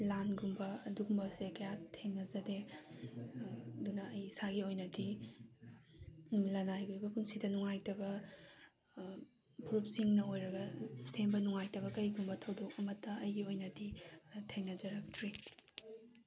ꯂꯥꯟꯒꯨꯝꯕ ꯑꯗꯨꯒꯨꯝꯕꯁꯦ ꯀꯌꯥ ꯊꯦꯡꯅꯖꯗꯦ ꯑꯗꯨꯅ ꯑꯩ ꯏꯁꯥꯒꯤ ꯑꯣꯏꯅꯗꯤ ꯂꯅꯥꯏꯒꯤ ꯑꯣꯏꯕ ꯄꯨꯟꯁꯤꯗ ꯅꯨꯡꯉꯥꯏꯇꯕ ꯐꯨꯔꯨꯞꯁꯤꯡꯅ ꯑꯣꯏꯔꯒ ꯁꯦꯝꯕ ꯅꯨꯡꯉꯥꯏꯇꯕ ꯀꯔꯤꯒꯨꯝꯕ ꯊꯧꯗꯣꯛ ꯑꯃꯇ ꯑꯩꯒꯤ ꯑꯣꯏꯅꯗꯤ ꯊꯦꯡꯅꯖꯔꯛꯇ꯭ꯔꯤ